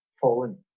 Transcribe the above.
fallen